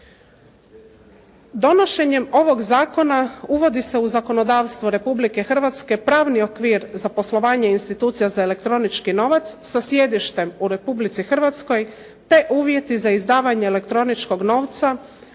Donošenjem ovog zakona uvodi se u zakonodavstvo Republike Hrvatske pravni okvir za poslovanje institucija za elektronički novac sa sjedištem u Republici Hrvatskoj te uvjeti za izdavanje elektroničkog novca